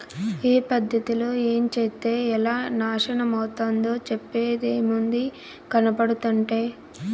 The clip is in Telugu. ఏ పద్ధతిలో ఏంచేత్తే ఎలా నాశనమైతందో చెప్పేదేముంది, కనబడుతంటే